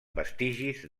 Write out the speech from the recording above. vestigis